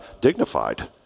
dignified